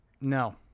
No